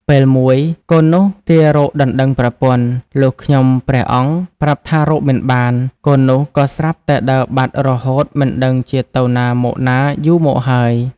ពេលមួយកូននោះទាររកដណ្ដឹងប្រពន្ធ លុះខ្ញុំព្រះអង្គប្រាប់ថារកមិនបាន កូននោះក៏ស្រាប់តែដើរបាត់រហូតមិនដឹងជាទៅណាមកណាយូរមកហើយ ។